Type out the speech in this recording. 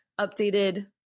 updated